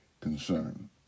concern